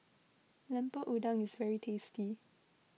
Lemper Udang is very tasty